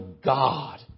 God